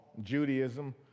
Judaism